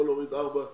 פה להוריד ארבעה